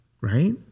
right